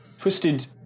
Twisted